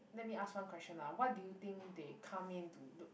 let me ask one question lah what do you think they come in to look